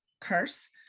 curse